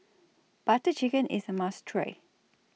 Butter Chicken IS A must Try